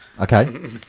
Okay